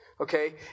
Okay